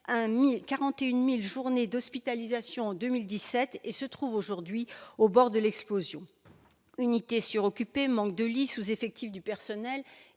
41 000 journées d'hospitalisation en 2017 et se trouve aujourd'hui au bord de l'explosion : unités suroccupées, manque de lits, sous-effectif du personnel,